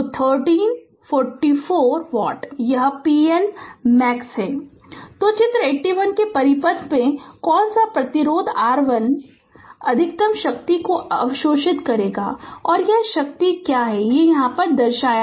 Refer Slide Time 1609 तो चित्र 81 के परिपथ में कौन सा प्रतिरोधक RL अधिकतम शक्ति को अवशोषित करेगा और शक्ति क्या है दर्शाया है